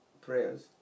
prayers